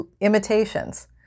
imitations